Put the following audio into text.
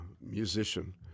musician